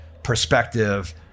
perspective